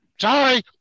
Sorry